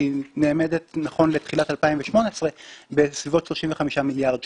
שהיא נאמדת נכון לתחילת 2018 בסביבות 35 מיליארד שקלים,